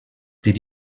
did